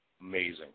amazing